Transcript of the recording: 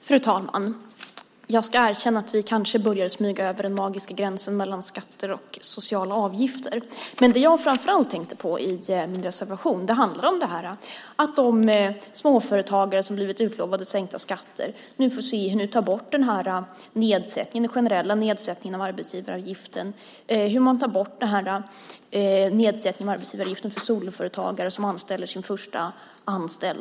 Fru talman! Jag ska erkänna att vi kanske börjar smyga över den magiska gränsen mellan skatter och sociala avgifter, men det jag framför allt tänkte på i min reservation handlar om det här: att de småföretagare som blivit lovade sänkta skatter nu får se hur ni tar bort den generella nedsättningen av arbetsgivaravgiften och hur ni tar bort nedsättningen av arbetsgivaravgiften för soloföretagare som anställer sin första person.